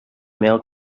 mail